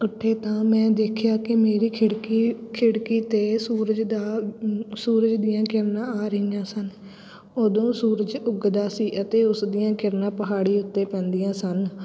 ਉੱਠੇ ਤਾਂ ਮੈਂ ਦੇਖਿਆ ਕਿ ਮੇਰੀ ਖਿੜਕੀ ਖਿੜਕੀ 'ਤੇ ਸੂਰਜ ਦਾ ਸੂਰਜ ਦੀਆਂ ਕਿਰਨਾਂ ਆ ਰਹੀਆਂ ਸਨ ਉਦੋਂ ਸੂਰਜ ਉੱਗਦਾ ਸੀ ਅਤੇ ਉਸ ਦੀਆਂ ਕਿਰਨਾਂ ਪਹਾੜੀ ਉੱਤੇ ਪੈਂਦੀਆਂ ਸਨ